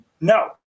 no